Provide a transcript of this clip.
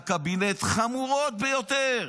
מהקבינט, חמורות ביותר,